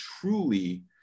truly